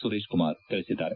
ಸುರೇಶ್ ಕುಮಾರ್ ತಿಳಿಸಿದ್ದಾರೆ